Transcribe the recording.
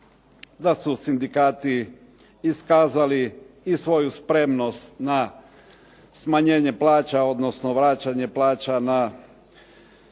da su sindikati iskazali i svoju spremnost na smanjenje plaća odnosno vraćanje plaćanja